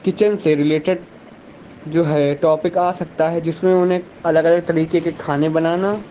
kitchen سے related جو ہے ٹاپک آ سکتا ہے جس میں انہیں الگ الگ طریقے کے کھانے بنانا